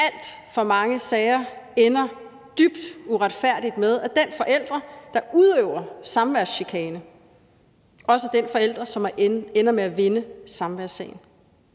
alt for mange sager ender dybt uretfærdigt med, at den forælder, der udøver samværschikane, også er den forælder, som ender med at vinde samværssagen.